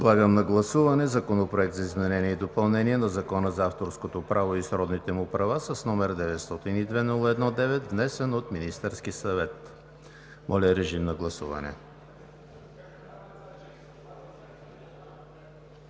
Подлагам на гласуване Законопроект за изменение и допълнение на Закона за авторското право и сродните му права, № 902-01-9, внесен от Министерския съвет. Гласували